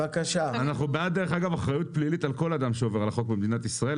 אנחנו בעד אחריות פלילית על כל אדם שעובר על החוק במדינת ישראל,